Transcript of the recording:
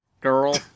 Girl